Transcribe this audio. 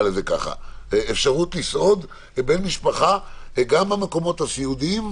אפשרות לסעוד בן משפחה גם במקומות הסיעודיים,